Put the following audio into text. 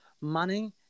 money